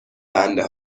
بنده